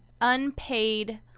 unpaid